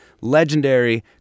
legendary